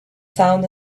sound